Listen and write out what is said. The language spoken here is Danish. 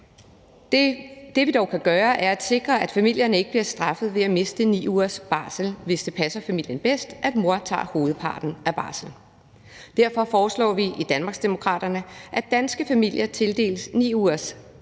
Det, vi dog kan gøre, er at sikre, at familierne ikke bliver straffet ved at miste 9 ugers barsel, hvis det passer familien bedst, at mor tager hovedparten af barslen. Derfor foreslår vi i Danmarksdemokraterne, at danske familier tildeles 9 ugers betalt